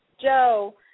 Joe